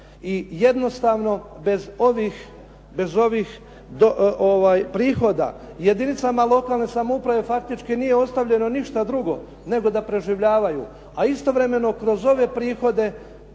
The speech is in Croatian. I jednostavno bez ovih prihoda jedinicama lokalne samouprave faktički nije ostavljeno ništa drugo, nego da preživljavaju. A istovremeno kroz ove prihode